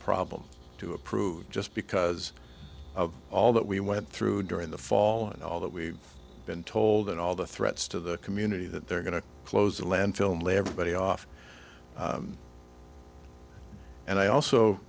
problem to approve just because of all that we went through during the fall and all that we've been told and all the threats to the community that they're going to close the landfill lay everybody off and i also